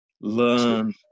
learn